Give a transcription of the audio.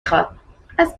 خواد، از